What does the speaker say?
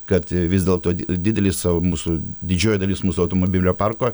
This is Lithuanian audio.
kad vis dėlto didelis mūsų didžioji dalis mūsų automobilio parko